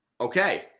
okay